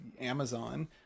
Amazon